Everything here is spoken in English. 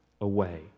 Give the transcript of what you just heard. away